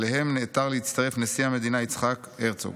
אליהם נעתר להצטרף נשיא המדינה יצחק הרצוג.